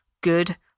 good